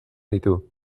ditu